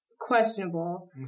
Questionable